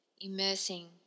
immersing